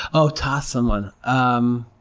oh, toss someone. um